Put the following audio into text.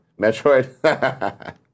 Metroid